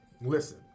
listen